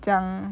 讲